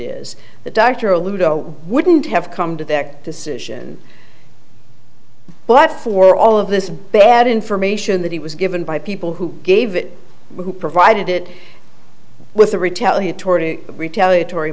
is the doctor a little wouldn't have come to that decision but for all of this bad information that he was given by people who gave it it provided with a retaliatory retaliatory